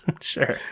Sure